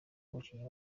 abakinnyi